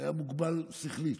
שהיה מוגבל שכלית.